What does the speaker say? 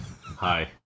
Hi